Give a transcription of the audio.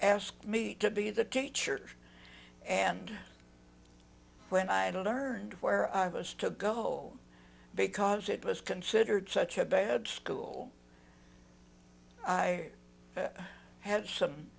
ask me to be the teacher and when i don't learn where i was to go because it was considered such a bad school i had some